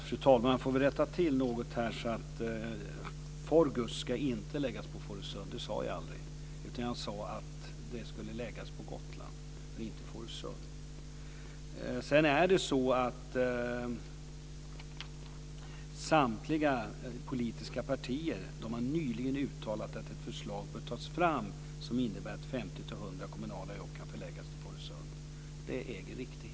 Fru talman! Jag får väl rätta till det här något. FORGUS ska inte läggas på Fårösund. Det sade jag aldrig. Jag sade att det skulle läggas på Gotland, inte Sedan är det så att samtliga politiska partier nyligen har uttalat att ett förslag bör tas fram som innebär att 50-100 kommunala jobb kan förläggas till Fårösund.